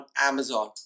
Amazon